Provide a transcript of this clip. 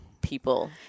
people